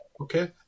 Okay